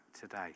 today